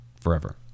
forever